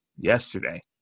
yesterday